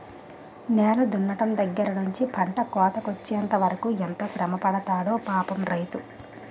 నేల దున్నడం దగ్గర నుంచి పంట కోతకొచ్చెంత వరకు ఎంత శ్రమపడతాడో పాపం రైతు